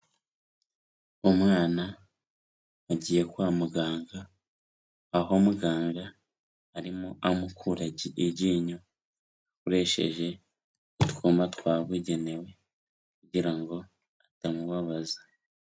Umwana agiye kwa muganga, aho muganga arimo amukura iryinyo akoresheje utwuma twabugenewe kugira ngo atamubabaza.